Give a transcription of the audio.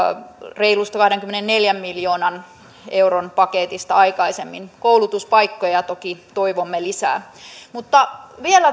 reilusta kahdenkymmenenneljän miljoonan euron paketista aikaisemmin koulutuspaikkoja toki toivomme lisää mutta vielä